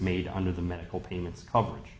made under the medical payments coverage